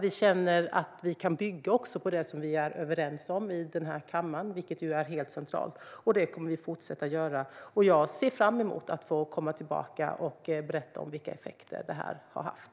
Vi känner att vi kan bygga på det som vi är överens om i denna kammare, vilket är helt centralt, och det kommer vi att fortsätta att göra. Jag ser fram emot att få komma tillbaka och berätta om vilka effekter detta har haft.